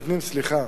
סליחה,